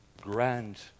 grand